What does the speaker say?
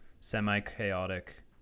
semi-chaotic